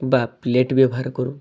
ବା ପ୍ଲେଟ୍ ବ୍ୟବହାର କରୁ